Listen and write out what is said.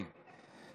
אעביר